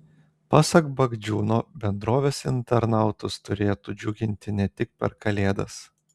pasak bagdžiūno bendrovės internautus turėtų džiuginti ne tik per kalėdas